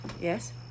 Yes